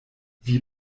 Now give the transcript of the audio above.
wir